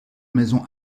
maison